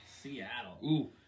Seattle